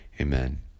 amen